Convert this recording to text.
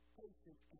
patience